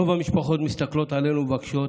רוב המשפחות מסתכלות עלינו ומבקשות